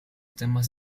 temas